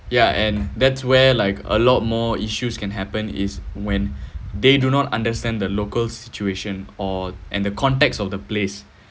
yeah and that's where like a lot more issues can happen is when they do not understand the local situation or and the context of the place